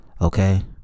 okay